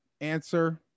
Answer